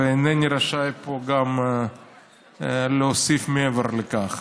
אינני רשאי פה גם להוסיף מעבר לכך.